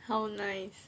how nice